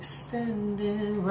standing